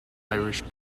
irish